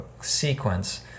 sequence